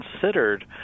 considered